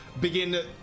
begin